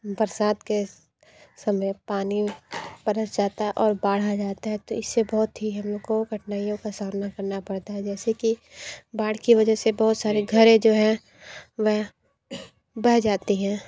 बरसात के समय पानी बरस जाता है और बाढ़ आ जाता है तो इससे बहुत ही हमको कठिनाइयों का सामना करना पड़ता है जैसे कि बाढ़ की वजह से बहुत सारे घर है जो हैं वह बह जाती हैं